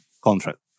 contract